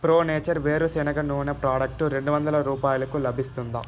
pro nature వేరుశనగ నూనె product రెండు వందల రూపాయలకు లభిస్తుందా